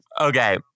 Okay